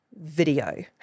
video